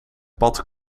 pad